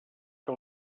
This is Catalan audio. que